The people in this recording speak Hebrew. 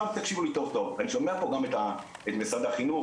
עכשיו תקשיבו לי טוב טוב ואני שומע פה גם את משרד החינוך,